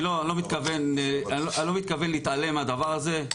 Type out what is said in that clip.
אני לא מתכוון להתעלם מהדבר הזה.